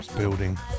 building